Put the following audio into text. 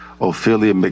Ophelia